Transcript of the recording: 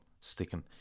sticking